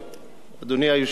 אדוני היושב-ראש,